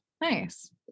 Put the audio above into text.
Nice